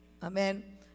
amen